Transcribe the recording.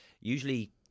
Usually